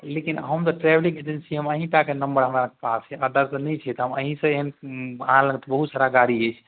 लेकिन हम तऽ ट्रेवलिन्ग एजेन्सी हम अहीँटाके नम्बर हमरा पास यऽ अदरके नहि छै तऽ हम एहिसँ एहन अहाँ लगमे तऽ बहुत सारा गाड़ी अछि